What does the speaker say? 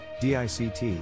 DICT